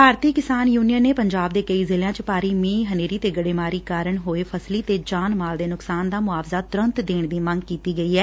ਭਾਰਤੀ Kisan union ਨੇ ਪੰਜਾਬ ਦੇ ਕਈ ਜ਼ਿਲ੍ਹਿਆਂ ਚ ਭਾਰੀ ਮੀਹਹਨ੍ਹੇਰੀ ਤੇ ਗੜੇਮਾਰੀ ਨਾਲ ਹੋਏ ਫਸਲੀ ਤੇ ਜਾਨ ਮਾਲ ਦੇ ਨੁਕਸਾਨ ਦਾ ਮੁਆਵਜ਼ਾ ਤੁਰੰਤ ਦੇਣ ਦੀ ਮੰਗ ਕੀਤੀ ਗਈ ਐ